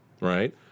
right